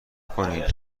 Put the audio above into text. کنین